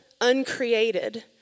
uncreated